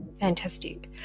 Fantastic